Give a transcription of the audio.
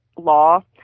law